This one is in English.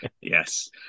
Yes